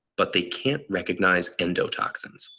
but they can't recognize endotoxins,